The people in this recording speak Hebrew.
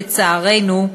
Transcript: לצערנו,